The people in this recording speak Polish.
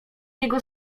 jego